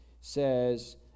says